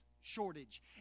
shortage